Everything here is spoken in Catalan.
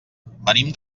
venim